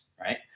right